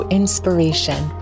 inspiration